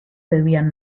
debían